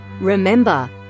Remember